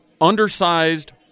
undersized